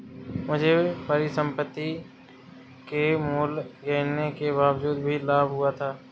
मुझे परिसंपत्ति के मूल्य गिरने के बावजूद भी लाभ हुआ था